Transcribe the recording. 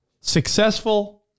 successful